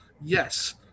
Yes